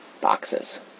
boxes